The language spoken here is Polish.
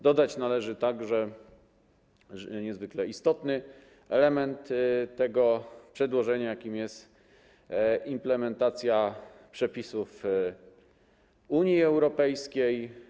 Dodać należy także niezwykle istotny element tego przedłożenia, jakim jest implementacja przepisów Unii Europejskiej.